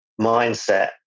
mindset